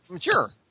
Sure